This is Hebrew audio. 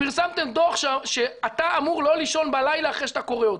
פרסמתם דוח שאתה אמור לא לישון בלילה אחרי שאתה קורא אותו.